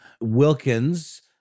Wilkins